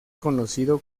reconocido